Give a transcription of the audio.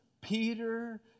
Peter